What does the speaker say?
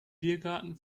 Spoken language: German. biergarten